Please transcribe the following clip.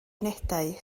unedau